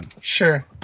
sure